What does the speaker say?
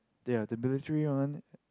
ya the military one